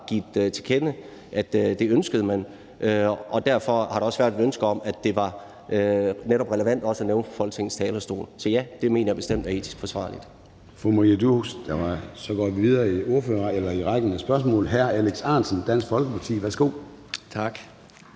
givet til kende, at det ønskede man, og derfor har der også været et ønske om, at det netop var relevant også at nævne det fra Folketingets talerstol. Så ja, det mener jeg bestemt er etisk forsvarligt.